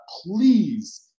Please